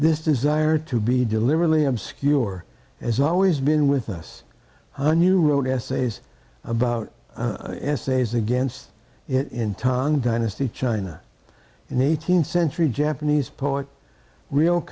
this desire to be deliberately obscure as always been with us new wrote essays about essays against it in tang dynasty china in eighteenth century japanese poet real